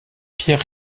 pierre